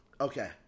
Okay